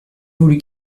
voulu